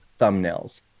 thumbnails